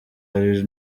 hari